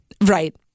Right